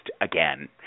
again